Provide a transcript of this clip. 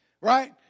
right